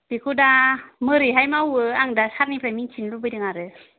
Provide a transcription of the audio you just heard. बेखौ दा मोरैहाय मावो आं दा सारनिफ्राय मिथिनो लुबैदों आरो